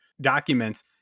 documents